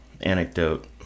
anecdote